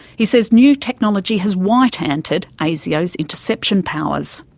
he says new technology has white-anted asio's interception powers.